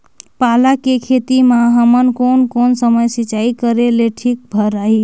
पाला के खेती मां हमन कोन कोन समय सिंचाई करेले ठीक भराही?